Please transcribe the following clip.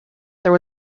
there